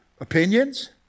Opinions